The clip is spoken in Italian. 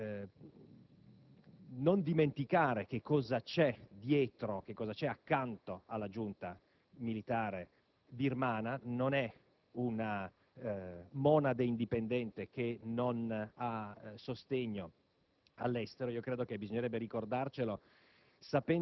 Ritengo quindi che sia importante non dimenticare che cosa c'è dietro e accanto alla giunta militare birmana; essa non è una monade indipendente che non ha sostegno